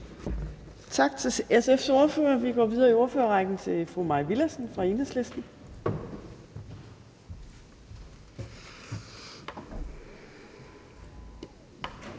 Tak til SF's ordfører. Vi går videre i ordførerrækken til fru Mai Villadsen fra Enhedslisten.